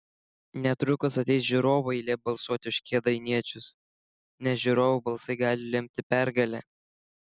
netrukus ateis žiūrovų eilė balsuoti už kėdainiečius nes žiūrovų balsai gali lemti pergalę